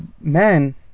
man